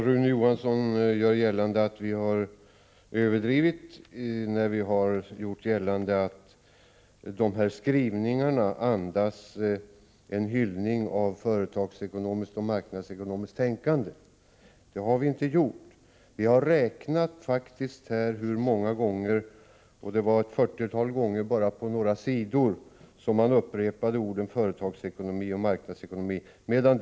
Herr talman! Rune Johansson menar att vi har överdrivit när vi gör gällande att utskottsmajoritetens skrivningar är en hyllning till ett företagsekonomiskt och marknadsekonomiskt tänkande. Det har vi inte gjort. Vi har faktiskt bara på några sidor räknat efter hur många gånger orden företagsekonomi och marknadsekonomi har upprepats, och de visade sig där förekomma ett fyrtiotal gånger.